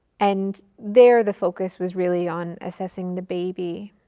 and there the focus was really on assessing the baby.